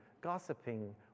gossiping